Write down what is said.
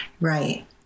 Right